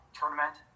tournament